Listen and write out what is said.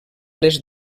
les